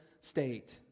state